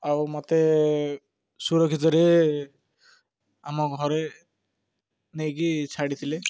ଆଉ ମତେ ସୁରକ୍ଷିତରେ ଆମ ଘରେ ନେଇକି ଛାଡ଼ିଥିଲେ